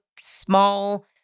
small